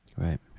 Right